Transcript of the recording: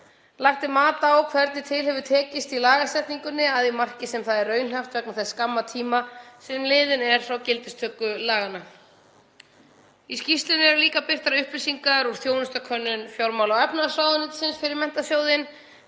Lagt er mat á hvernig til hefur tekist í lagasetningunni að því marki sem það er raunhæft vegna þess skamma tíma sem liðinn er frá gildistöku laganna. Í skýrslunni eru líka birtar upplýsingar úr þjónustukönnun fjármála- og efnahagsráðuneytisins fyrir Menntasjóðinn.